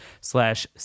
slash